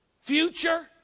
future